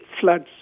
floods